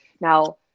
now